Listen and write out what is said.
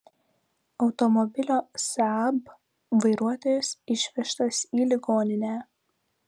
automobilio saab vairuotojas išvežtas į ligoninę